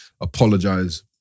apologize